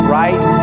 right